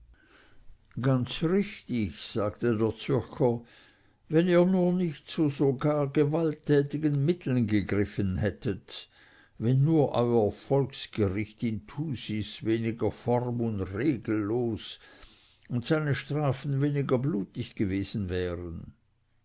ganz richtig sagte der zürcher wenn ihr nur nicht zu so gar gewalttätigen mitteln gegriffen hättet wenn nur euer volksgericht in thusis weniger form und regellos und seine strafen weniger blutig gewesen wären